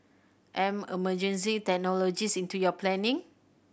embed emerging technologies into your planning